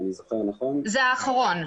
זה האחרון.